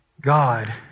God